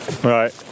Right